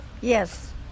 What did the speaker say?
Yes